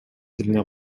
тилине